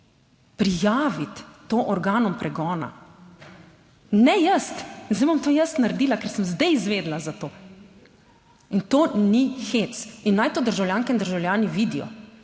prijaviti to organom pregona, ne jaz. In zdaj bom pa jaz naredila, ker sem zdaj izvedela za to. In to ni hec. In naj to državljanke in državljani vidijo,